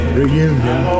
reunion